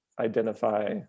identify